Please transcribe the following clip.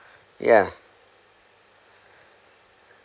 yeah